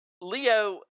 Leo